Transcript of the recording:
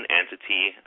entity